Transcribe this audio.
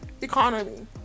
economy